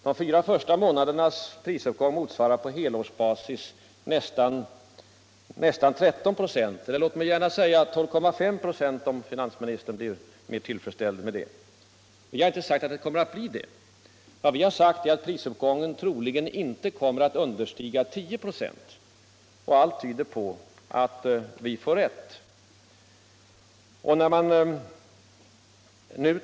De fyra första månadernas prisuppgång motsvarar på helårsbasis nästan 13 96 — eller låt mig säga 12,5 96, om finansministern blir mera tillfredsställd med det. Vi har sagt att prisuppgången troligen inte kommer att understiga 10 96, och allt tyder på att vi får rätt.